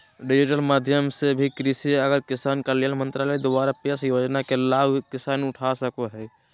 digital माध्यम से भी कृषि आर किसान कल्याण मंत्रालय द्वारा पेश योजना के लाभ किसान उठा सको हय